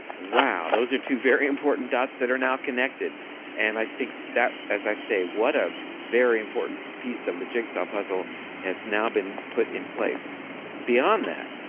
wow, those are two very important dots that are now connected and i think that, as i say, what a very important piece of the jigsaw puzzle has now been put in place beyond that,